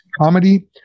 comedy